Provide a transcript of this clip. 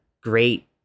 great